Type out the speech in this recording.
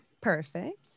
Perfect